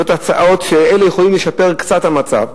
אלה הצעות שיכולות לשפר קצת את המצב.